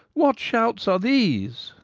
what shouts are these?